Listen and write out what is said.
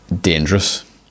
dangerous